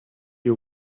you